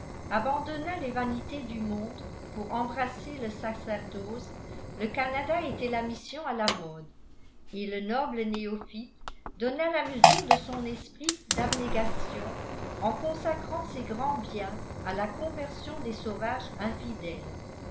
abandonna les vanités du monde pour embrasser le sacerdoce le canada était la mission à la mode et le noble néophyte donna la mesure de son esprit d'abnégation en consacrant ses grands biens à la conversion des sauvages infidèles